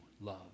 love